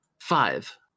five